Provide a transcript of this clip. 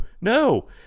no